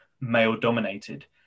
male-dominated